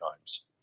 times